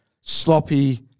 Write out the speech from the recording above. sloppy